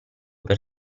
per